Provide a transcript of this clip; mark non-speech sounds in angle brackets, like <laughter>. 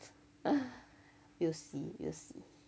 <breath> we'll see we'll see